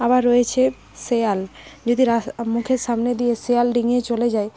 আবার রয়েছে শেয়াল যদি মুখের সামনে দিয়ে শেয়াল ডিঙিয়ে চলে যায়